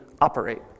operate